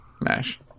mash